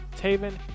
Taven